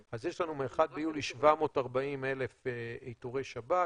אז יש לנו מ-1 ביולי 740,000 איתורי שב"כ,